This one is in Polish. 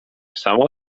samo